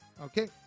Okay